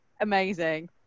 amazing